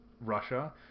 Russia